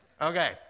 Okay